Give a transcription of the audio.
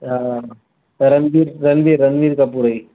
हा रनवीर रनवीर रनवीर कपूर जी